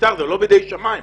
זה לא בידי שמים.